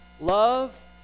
Love